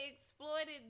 exploited